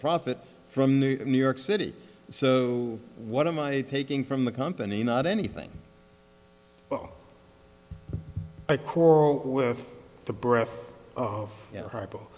profit from the new york city so what am i taking from the company not anything but quarrel with the breath oh yeah h